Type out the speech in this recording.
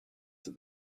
that